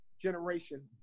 generation